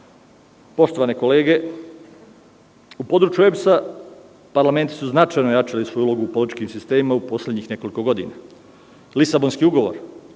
pomirenja. Poštovane kolege, u području OEBS-a parlamenti su značajno jačali svoju ulogu u političkim sistemima u poslednjih nekoliko godina. Lisabonski ugovor,